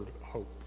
hope